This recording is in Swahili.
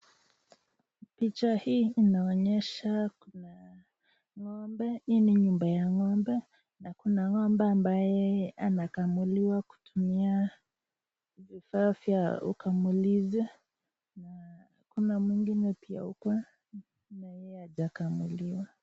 Picha hii inaonyesha ng'ombe, hii ni nyumba ya ng'ombe na ng'ombe ambaye anakamuliwa kutumia vifaa vya kukamuliza na kuna mwingine pia hapa naye hajakamuliwa.